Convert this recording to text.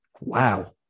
wow